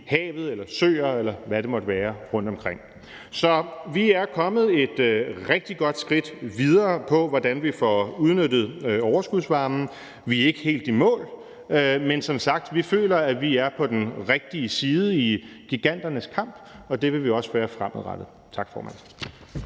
havet eller søer, eller hvad det måtte være, rundtomkring. Så vi er kommet et rigtig godt skridt videre, i forhold til hvordan vi får udnyttet overskudsvarmen. Vi er ikke helt i mål. Men vi føler som sagt, at vi er på den rigtige side i giganternes kamp, og det vil vi også være fremadrettet. Tak, formand.